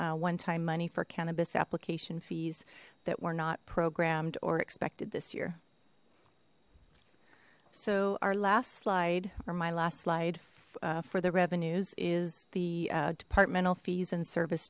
one time money for cannabis application fees that were not programmed or expected this year so our last slide or my last slide for the revenues is the departmental fees and service